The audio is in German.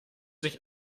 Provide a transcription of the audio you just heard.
sich